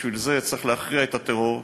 בשביל זה צריך להכריע את הטרור,